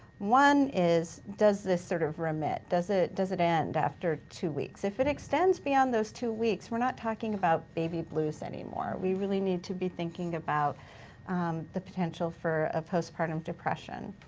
one is does this sort of remit? does it does it end after two weeks? if it extends beyond those two weeks, we're not talking about baby blues anymore. we really need to be thinking about the potential for a postpartum depression.